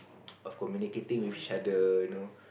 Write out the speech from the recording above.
of communicating with each other you know